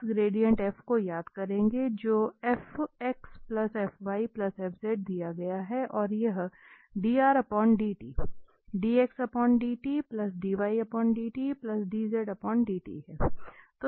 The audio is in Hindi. बस ग्रेडिएंट f को याद करें जो दिया गया है और यह है